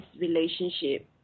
relationship